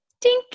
Tink